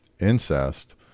incest